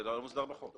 זה לא מוסדר בחוק.